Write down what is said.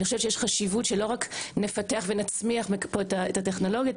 אני חושבת שיש חשיבות שלא רק נפתח ונצמיח את הטכנולוגיות,